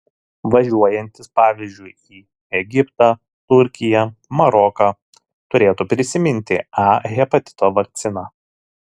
važiuojantys pavyzdžiui į egiptą turkiją maroką turėtų prisiminti a hepatito vakciną